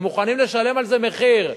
הם מוכנים לשלם על זה מחיר,